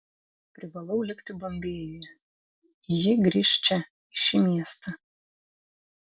privalau likti bombėjuje ji grįš čia į šį miestą